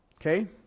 Okay